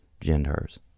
genders